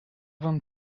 vingt